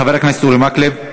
חבר הכנסת אורי מקלב.